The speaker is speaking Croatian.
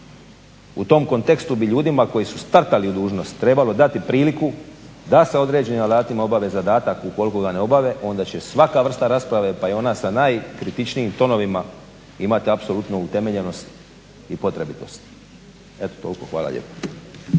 u tom kontekstu bi ljudima koji su startali u dužnost trebalo dati priliku da sa određenim alatima obave zadatak, ukoliko ga ne obave onda će svaka vrsta rasprave pa i ona sa najkritičnijim tonovima imati apsolutnu utemeljenost i potrebitost. Eto toliko. Hvala lijepo.